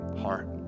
heart